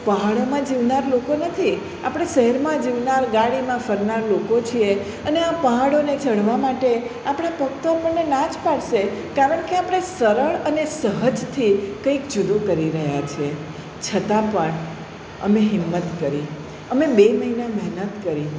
પહાડોમાં જીવનાર લોકો નથી આપણે શહેરમાં જીવનાર ગાડીમાં ફરનાર લોકો છીએ અને આ પહાડોને ચડવા માટે આપણા પગ તો આપણને ના જ પાડશે કારણ કે આપણે સરળ અને સહજથી કંઈક જુદું કરી રહ્યા છીએ છતાં પણ અમે હિંમત કરી અમે બે મહિના મહેનત કરી